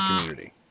community